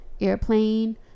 airplane